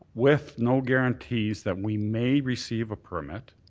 with no guarantees that we may receive a permit.